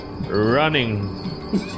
Running